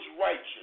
righteous